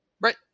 Right